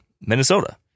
Minnesota